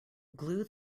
glue